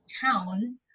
town